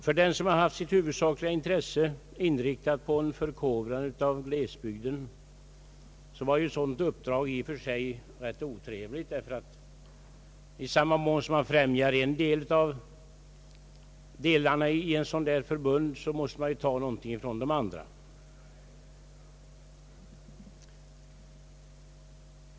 För den som haft sitt huvudsakliga intresse inriktat på en förkovran av glesbygden var ju ett sådant uppdrag i och för sig rätt otrevligt. I samma mån som man främjar en viss del inom ett förbund av detta slag måste man ju ta någonting från de andra.